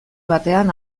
batean